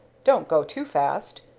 don't go too fast.